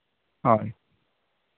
ᱦᱳᱭ